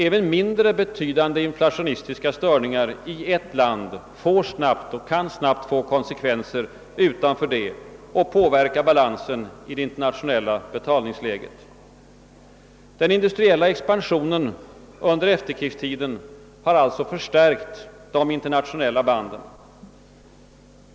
Även mindre betydande inflationistiska störningar i ett land kan snabbt få konsekvenser utanför det och påverka balansen i det internationella betalningsläget. Den industriella expansionen under efterkrigstiden har alltså förstärkt de internationella banden.